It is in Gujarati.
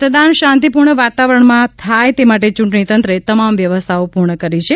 મતદાન શાંતિપ્રકા વાતાવરણમાં થાય તે માટે ચૂંટણીતંત્રે તમામ વ્યવસ્થાઓ પૂર્ણ કરી છે